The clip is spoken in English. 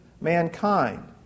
mankind